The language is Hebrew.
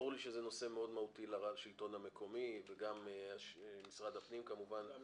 ברור לי שזה נושא מאוד מהותי לשלטון המקומי וגם משרד הפנים והאוצר.